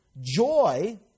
joy